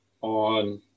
on